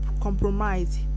compromise